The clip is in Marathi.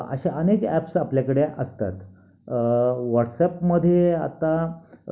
असे अनेक ॲप्स आपल्याकडे असतात व्हॉट्सअपमध्ये आता